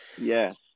yes